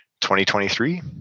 2023